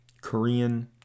Korean